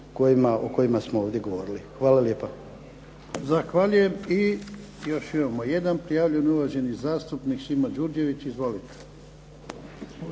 o kojima smo ovdje govorili. Hvala lijepa.